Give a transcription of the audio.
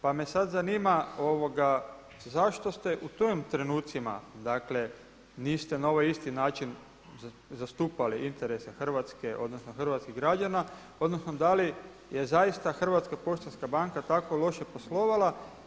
Pa me sad zanima zašto ste u tim trenucima, dakle niste na ovaj isti način zastupali interese Hrvatske odnosno hrvatskih građana, odnosno da li je zaista Hrvatska poštanska banka tako loše poslovala.